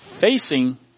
facing